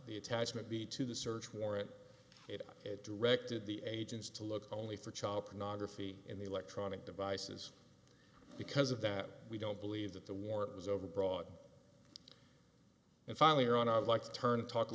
the attachment be to the search warrant it directed the agents to look only for child pornography in the electronic devices because of that we don't believe that the war was over broad and finally run of luck to turn and talk a